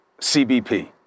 CBP